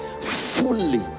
fully